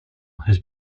has